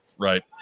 Right